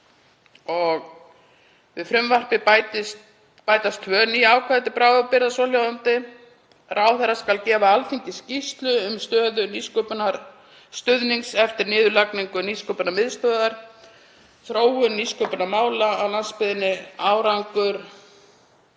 að við frumvarpið bætist tvö ný ákvæði til bráðabirgða, svohljóðandi: „a. Ráðherra skal gefa Alþingi skýrslu um stöðu nýsköpunarstuðnings eftir niðurlagningu Nýsköpunarmiðstöðvar, þróun nýsköpunarmála á landsbyggðinni, árangur